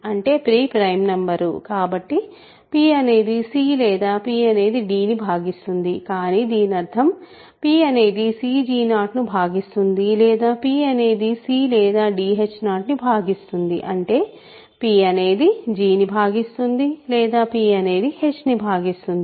అంటే p prime number కాబట్టి p అనేది c లేదా p అనేది d ని భాగిస్తుంది కానీ దీనర్థం p అనేది cg0 ను భాగిస్తుంది లేదా p అనేది c లేదా dh0 ను భాగిస్తుంది అంటే p అనేది g ను భాగిస్తుంది లేదా p అనేది h ను భాగిస్తుంది